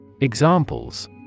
Examples